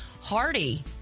Hardy